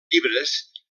llibres